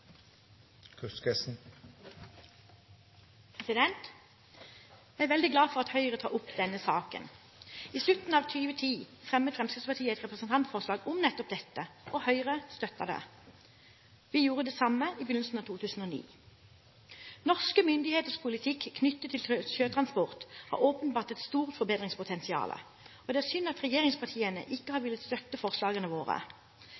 veldig glad for at Høyre tar opp denne saken. I slutten av 2010 fremmet Fremskrittspartiet et representantforslag om nettopp dette, og Høyre støttet det. Vi gjorde det samme i begynnelsen av 2009. Norske myndigheters politikk knyttet til sjøtransport har åpenbart et stort forbedringspotensial, og det er synd at regjeringspartiene ikke har villet støtte forslagene våre.